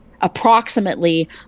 approximately